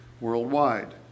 worldwide